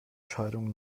scheidung